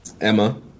Emma